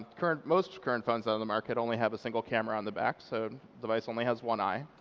current most current phones on the market only have a single camera on the back, so device only has one eye.